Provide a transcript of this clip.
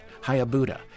Hayabuda